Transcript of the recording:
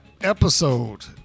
episode